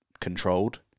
controlled